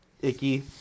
icky